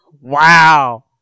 Wow